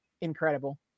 incredible